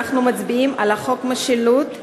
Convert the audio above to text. אנחנו חוזרים להצעת חוק הרשויות המקומיות (בחירות)